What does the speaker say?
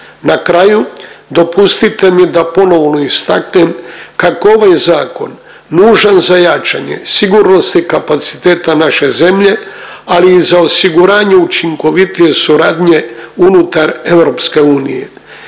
Na kraju dopustite mi da ponovno istaknem kako je ovaj zakon nužan za jačanje sigurnosnih kapaciteta naše zemlje, ali i za osiguranje učinkovitije suradnje unutar EU.